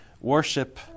Worship